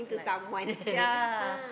like yeah